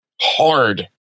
Hard